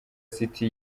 city